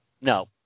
No